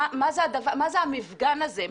מה זה המפגן הזה?